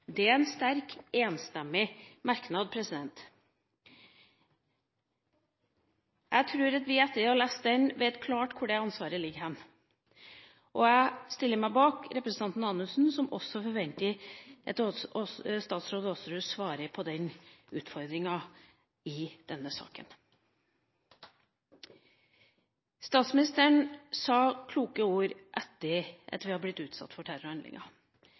Det er en sterk enstemmig merknad. Jeg tror at vi etter å ha lest den, vet klart hvor det ansvaret ligger. Og jeg stiller meg bak representanten Anundsen som også forventer at statsråd Aasrud svarer på den utfordringa i denne saken. Statsministeren sa kloke ord etter at vi hadde blitt utsatt for